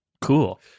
Cool